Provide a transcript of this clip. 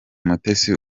mutesi